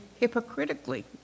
Hypocritically